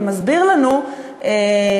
ומסביר לנו נציב,